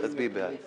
תצביעי בעד.